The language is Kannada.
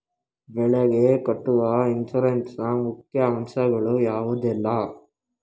ಬೆಳೆಗೆ ಕಟ್ಟುವ ಇನ್ಸೂರೆನ್ಸ್ ನ ಮುಖ್ಯ ಅಂಶ ಗಳು ಯಾವುದೆಲ್ಲ?